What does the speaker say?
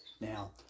Now